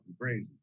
crazy